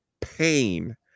pain